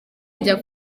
njya